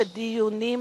שדיונים מעמיקים,